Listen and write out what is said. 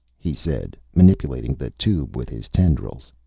he said, manipulating the tube with his tendrils.